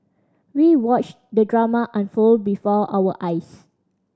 we watched the drama unfold before our eyes